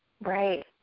Right